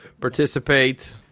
participate